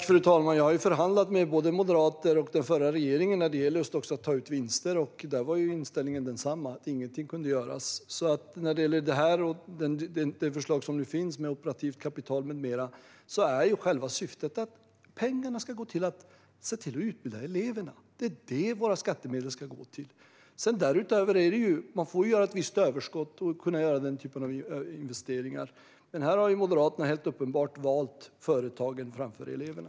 Fru talman! Jag har förhandlat med både moderater och den förra regeringen när det gäller att ta ut vinster. Där var inställningen densamma - att ingenting kunde göras. När det gäller det förslag som nu finns, med operativt kapital med mera, är själva syftet att pengarna ska gå till att utbilda eleverna. Det är detta som våra skattemedel ska gå till. Man får göra ett visst överskott för att kunna göra den typen av investeringar, men här har Moderaterna helt uppenbart valt företagen framför eleverna.